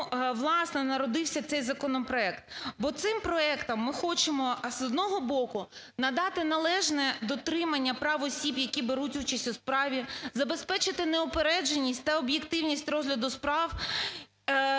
власне, народився цей законопроект. Бо цим проектом ми хочемо, з одного боку, надати належне дотримання прав осіб, які беруть участь у справі, забезпечити неупередженість та об'єктивність розгляду справ.